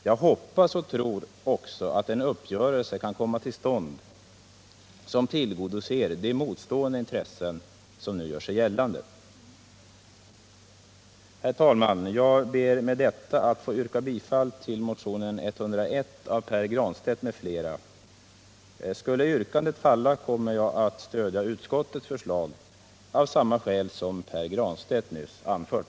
Jag hoppas och tror att en uppgörelse kan komma till stånd som tillgodoser de motstående intressen som nu gör sig gällande. Herr talman! Jag ber med detta att få yrka bifall till motionen 101 av Pär Granstedt m.fl. Skulle yrkandet falla kommer jag att stödja utskottets förslag, av samma skäl som Pär Granstedt nyss anfört.